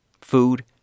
food